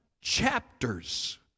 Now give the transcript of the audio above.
chapters